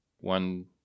one